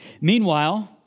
Meanwhile